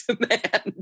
demand